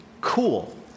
cool